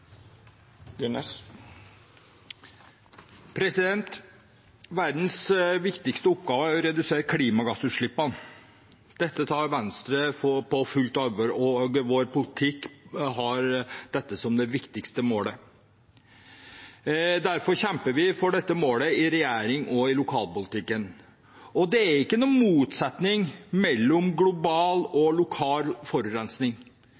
tar Venstre på fullt alvor, og vår politikk har dette som det viktigste målet. Derfor kjemper vi for dette målet i regjering og i lokalpolitikken. Det er ikke noen motsetning mellom global og lokal forurensning.